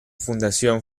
fundación